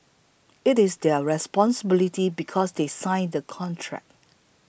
it is their responsibility because they sign the contract